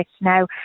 now